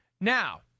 Now